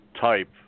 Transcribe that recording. type